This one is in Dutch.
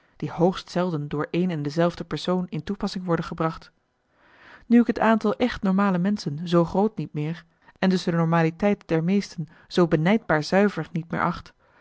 die hoogst zelden door een en dezelfde persoon in toepassing worden gebracht nu ik het aantal echt normale menschen zoo groot niet meer en dus de normaliteit der meesten zoo benijdbaar zuiver niet meer acht